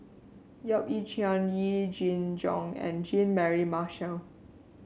Yap Ee Chian Yee Jenn Jong and Jean Mary Marshall